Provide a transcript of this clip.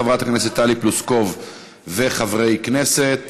של חברת הכנסת טלי פלוסקוב וקבוצת חברי הכנסת.